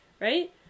right